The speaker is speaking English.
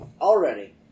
Already